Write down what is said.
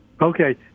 Okay